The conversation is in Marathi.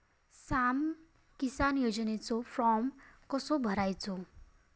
स्माम किसान योजनेचो फॉर्म कसो भरायचो?